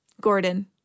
Gordon